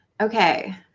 Okay